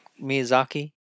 Miyazaki